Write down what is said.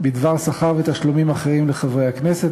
בדבר שכר ותשלומים אחרים לחברי הכנסת,